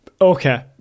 Okay